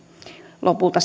lopulta